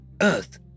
Earth